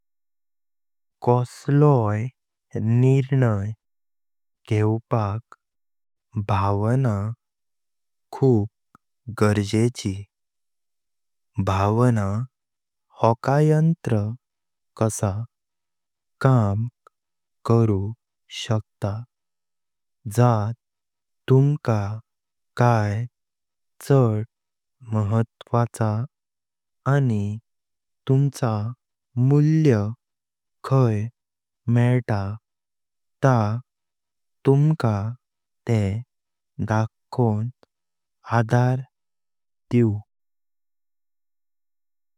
कस्लोई निर्णय घेवपाक भावना खुब गरजेची। भावना होकायंत्र कसा काम करू शकता जा तुमका काई चड महत्वाचा आनी तुमचा मुल्य खाई मेळता ता तुमका तेह दाखोन आधार दिव।